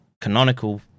canonical